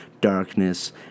darkness